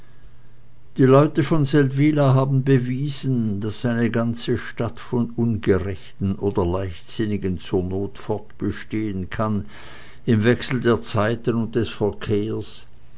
die leute von seldwyla haben bewiesen daß eine ganze stadt von ungerechten oder leichtsinnigen zur not fortbestehen kann im wechsel der zeiten und des verkehrs